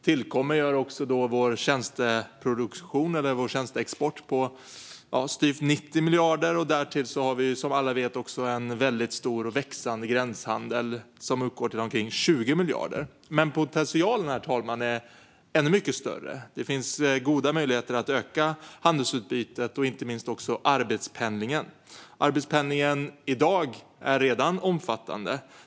Tillkommer gör vår tjänsteproduktion eller vår tjänsteexport på styvt 90 miljarder. Därtill har vi, som alla vet, en stor och växande gränshandel, som uppgår till omkring 20 miljarder. Men potentialen, herr talman, är ännu mycket större. Det finns goda möjligheter att öka handelsutbytet och inte minst arbetspendlingen. Arbetspendlingen är i dag redan omfattande.